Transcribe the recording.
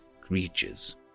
creatures